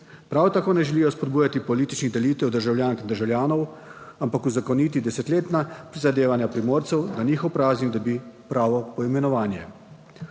Prav tako ne želijo spodbujati političnih delitev državljank in državljanov, ampak uzakoniti desetletna prizadevanja Primorcev, da njihov praznik dobi pravo poimenovanje.